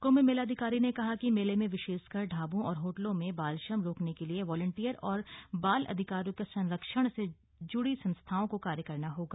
कृंभ मेलाधिकारी ने कहा कि मेले में विशेषकर ढाबों और होटलों में बालश्रम रोकने के लिए वॉलंटियर और बाल अधिकारों के संरक्षण से जुड़ी संस्थाओं को कार्य करना होगा